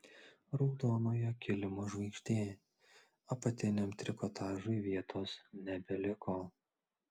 raudonojo kilimo žvaigždė apatiniam trikotažui vietos nebeliko